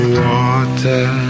water